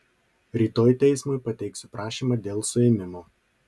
rytoj teismui pateiksiu prašymą dėl suėmimo